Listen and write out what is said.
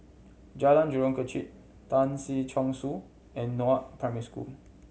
Jalan Jurong Kechil Tan Si Chong Su and Northoaks Primary School